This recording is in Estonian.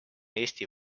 eesti